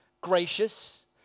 gracious